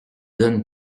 donne